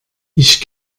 ich